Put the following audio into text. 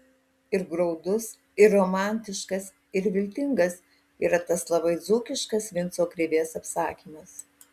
ir graudus ir romantiškas ir viltingas yra tas labai dzūkiškas vinco krėvės apsakymas